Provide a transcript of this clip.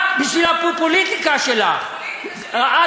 את, בשביל הפופוליטיקה שלך, הפופוליטיקה שלי.